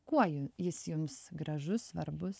kuo ji jis jums gražus svarbus